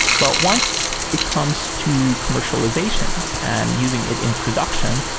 but once it comes to commercialization and using it in production,